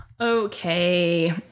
Okay